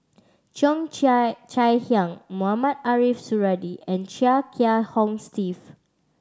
Cheo Chai Chai Hiang Mohamed Ariff Suradi and Chia Kiah Hong Steve